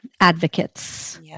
advocates